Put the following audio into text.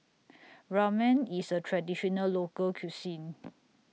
Ramen IS A Traditional Local Cuisine